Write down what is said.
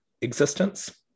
existence